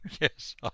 Yes